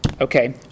Okay